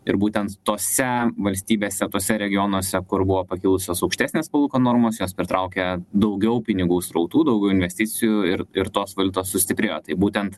ir būtent tose valstybėse tuose regionuose kur buvo pakilusios aukštesnės palūkanų normos jos pritraukia daugiau pinigų srautų daugiau investicijų ir ir tos valiutos sustiprėjo tai būtent